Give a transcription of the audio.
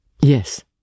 Yes